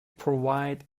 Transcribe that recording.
provide